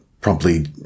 promptly